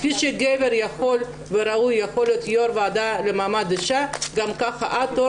כפי שגבר יכול וראוי להיות יו"ר הוועדה למעמד האישה גם ככה את,